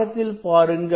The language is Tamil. படத்தில் பாருங்கள்